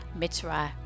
Mitzray